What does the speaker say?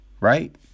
right